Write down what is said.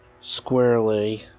squarely